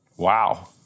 Wow